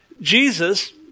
Jesus